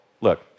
look